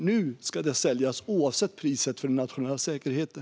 Nu ska det säljas, oavsett priset för den nationella säkerheten.